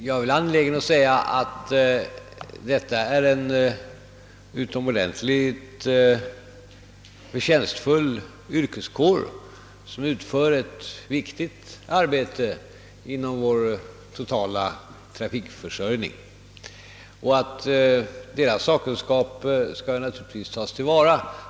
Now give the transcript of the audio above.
Jag är angelägen att understryka, att lotsarna utgör en mycket förtjänstfull yrkeskår, som utför ett viktigt arbete inom vår totala trafikförsörjning, och att deras sakkunskap naturligtvis skall tas till vara.